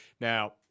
Now